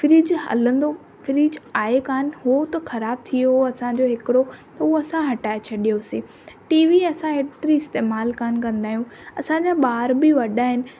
fridge हलंदो fridge आहे कोन हुओ त ख़राब थी वियो हुओ असांजो हिकिड़ो त उहा असां हटाए छॾियोसीं टीवी असां हेतिरी इस्तेमालु कोन कंदा आहियूं असांजा ॿार बि वॾा आहिनि